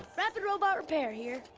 rapid robot repair here.